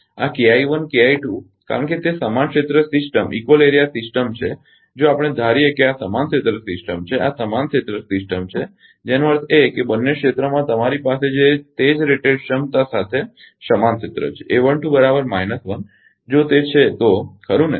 આ કારણ કે તે સમાન ક્ષેત્ર સિસ્ટમઇકવલ એરીયા સિસ્ટમ છે જો આપણે ધારીએ કે આ સમાન ક્ષેત્ર સિસ્ટમ છે આ સમાન ક્ષેત્ર સિસ્ટમ છે જેનો અર્થ એ છે કે બંને ક્ષેત્રોમાં તમારી પાસે તે જ રેટેડ ક્ષમતા સાથે સમાન ક્ષેત્ર છે જો તે છે તો ખરુ ને